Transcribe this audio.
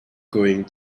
going